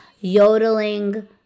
yodeling